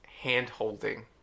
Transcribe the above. hand-holding